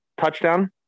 Touchdown